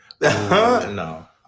No